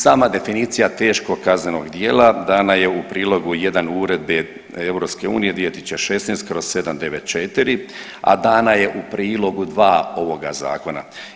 Sama definicija teškog kaznenog djela dana je u prilogu jedan Uredbe EU 2016/794 a dana je u prilogu dva ovoga zakona.